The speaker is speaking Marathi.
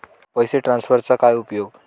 पैसे ट्रान्सफरचा काय उपयोग?